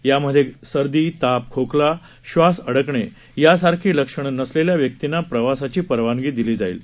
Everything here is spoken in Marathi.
यामध्ये सर्दी ताप खोकला श्वास अडकणे यासारखी लक्षणं नसलेल्या व्यक्तींना प्रवासाची परवानगी दिली जाईल